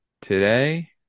today